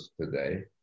today